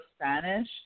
Spanish